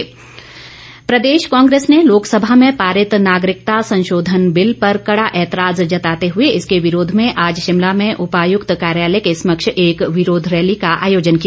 कुलदीप राठौर प्रदेश कांग्रेस ने लोकसभा में पारित नागरिकता संशोधन बिल पर कड़ा ऐतराज जताते हुए इसके विरोध में आज शिमला में उपायुक्त कार्यालय के समक्ष एक विरोध रैली का आयोजन किया